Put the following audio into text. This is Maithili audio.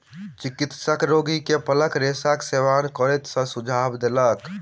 चिकित्सक रोगी के फलक रेशाक सेवन करै के सुझाव देलक